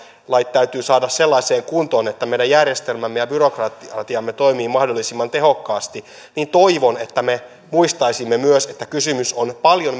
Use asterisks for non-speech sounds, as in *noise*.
täytyy saada sellaiseen kuntoon että meidän järjestelmämme ja byrokratiamme toimii mahdollisimman tehokkaasti niin toivon että me muistaisimme myös että kysymys on paljon *unintelligible*